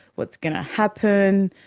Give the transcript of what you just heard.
what's going to happen?